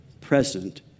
Present